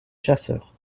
chasseurs